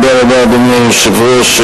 אדוני היושב-ראש,